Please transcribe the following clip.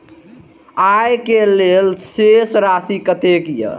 आय के लेल शेष राशि कतेक या?